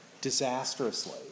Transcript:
disastrously